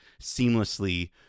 seamlessly